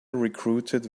recruited